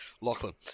Lachlan